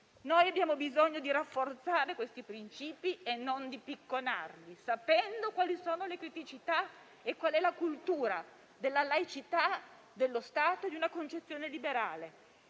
Abbiamo bisogno di rafforzare questi principi e non di picconarli, sapendo quali sono le criticità e qual è la cultura della laicità dello Stato, di una concezione liberale.